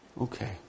Okay